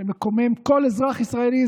שמקומם כל אזרח ישראלי,